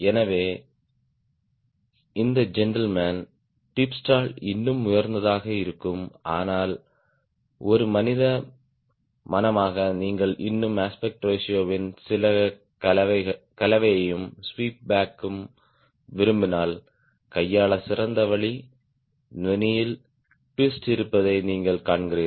எனவே இந்த gentleman tip stall இன்னும் உயர்ந்ததாக இருக்கும் ஆனால் ஒரு மனித மனமாக நீங்கள் இன்னும் அஸ்பெக்ட் ரேஷியோ வின் சில கலவையையும் ஸ்வீப் பேக் ம் விரும்பினால் கையாள சிறந்த வழி நுனியில் ட்விஸ்ட் இருப்பதை நீங்கள் காண்கிறீர்கள்